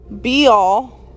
be-all